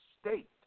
state